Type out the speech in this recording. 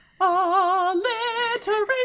alliteration